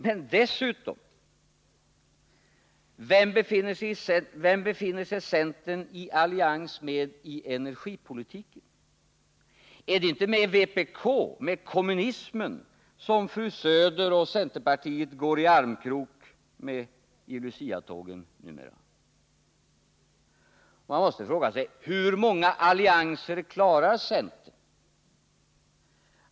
Men dessutom: Vem befinner sig centern i allians med i energipolitiken? Är det inte med vpk, med kommunismen, som fru Söder och centerpartiet går i armkrok i Luciatågen numera? Man måste fråga sig: Hur många allianser klarar centern?